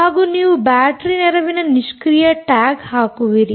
ಹಾಗೂ ನೀವು ಬ್ಯಾಟರೀ ನೆರವಿನ ನಿಷ್ಕ್ರಿಯ ಟ್ಯಾಗ್ ಹಾಕುವಿರಿ